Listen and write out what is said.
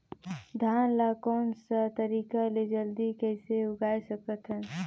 धान ला कोन सा तरीका ले जल्दी कइसे उगाय सकथन?